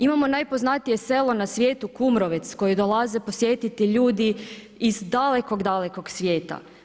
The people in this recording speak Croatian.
Imamo najpoznatije selo na svijetu Kumrovec koji dolaze posjetiti ljudi iz dalekog, dalekog svijeta.